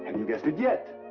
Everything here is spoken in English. you guessed it yet?